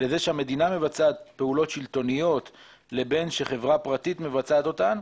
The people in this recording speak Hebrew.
לזה שהמדינה מבצעת פעולות שלטוניות לבין שחברה פרטית מבצעת אותן.